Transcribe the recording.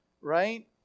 right